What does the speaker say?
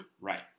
Right